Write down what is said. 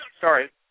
Sorry